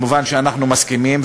מובן שאנחנו מסכימים,